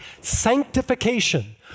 sanctification